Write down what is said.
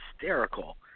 hysterical